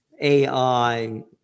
AI